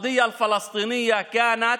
הסוגיה הפלסטינית הייתה,